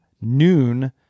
noon